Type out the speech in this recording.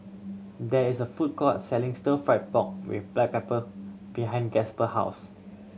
there is a food court selling Stir Fried Pork With Black Pepper behind Gasper house